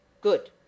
Good